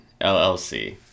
LLC